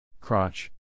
Crotch